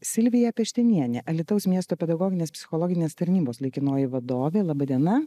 silvija peštenienė alytaus miesto pedagoginės psichologinės tarnybos laikinoji vadovė laba diena